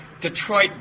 Detroit